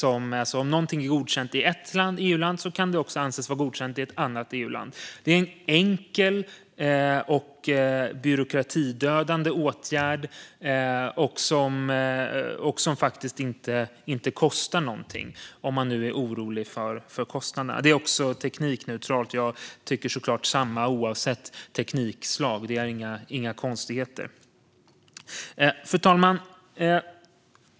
Om något är godkänt i ett EU-land kan det också anses vara godkänt i ett annat EU-land. Det är en enkel och byråkratidödande åtgärd som inte kostar något, om man nu är orolig för kostnaderna. Det är också teknikneutralt. Jag tycker självfallet samma sak oavsett teknikslag. Det är inga konstigheter. Fru talman!